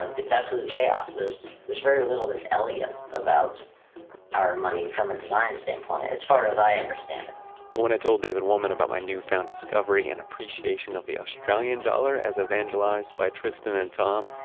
it's absolute chaos. there's there's very little that's elegant about our money from a design standpoint. as far as i understand it. but when i told david wolman about my new found discovery and appreciation of the australian dollar as evangelized by tristan and tom?